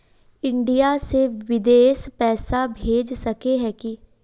India से बिदेश पैसा भेज सके है की?